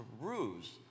ruse